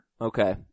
Okay